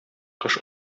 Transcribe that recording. кош